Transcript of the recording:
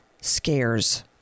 scares